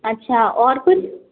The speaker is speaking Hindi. अच्छा और कुछ